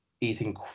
eating